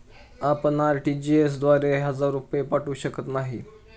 आपण आर.टी.जी.एस द्वारे हजार रुपये पाठवू शकत नाही